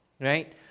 Right